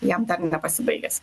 jam dar nepasibaigęs